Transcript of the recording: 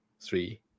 three